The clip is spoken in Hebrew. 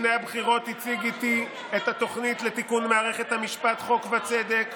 לפני הבחירות הציג איתי את התוכנית לתיקון מערכת המשפט "חוק וצדק",